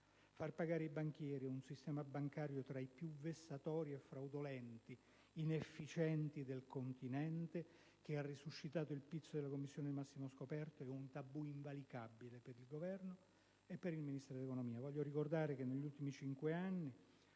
Far pagare i banchieri ed un sistema bancario tra i più vessatori, fraudolenti ed inefficienti del continente, che ha resuscitato il pizzo della commissione di massimo scoperto, è un tabù invalicabile per il Governo e per il Ministro dell'economia. Voglio ricordare che negli ultimi cinque anni,